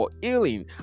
healing